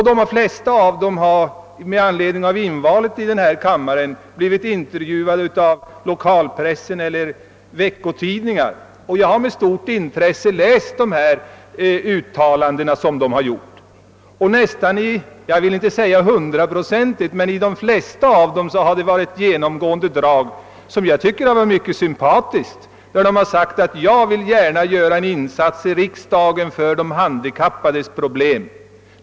De flesta av dem har med anledning av invalet blivit intervjuade i lokalpress eller i veckotidningar, och jag har med stort intresse läst deras uttalanden. Jag vill inte säga att uppslutningen har varit hundraprocentig, men de flesta har uttalat sig på ett sätt som jag funnit mycket sympatiskt, nämligen ungefär så här: Jag vill göra en insats i riksdagen för att försöka lösa de handikappades problem.